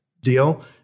deal